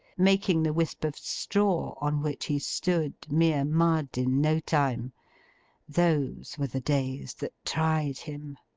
making the wisp of straw on which he stood mere mud in no time those were the days that tried him.